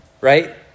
right